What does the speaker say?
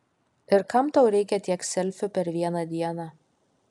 ir kam tau reikia tiek selfių per vieną dieną